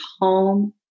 home